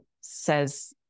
says